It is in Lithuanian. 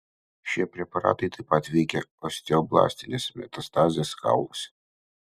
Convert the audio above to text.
šie preparatai taip pat veikia osteoblastines metastazes kauluose